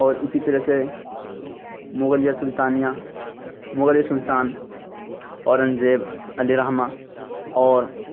اور اسی طرح سے مغلیہ سلطانیہ مغلیہ سلطان اورنگ زیب علیہِ الرّحمہ اور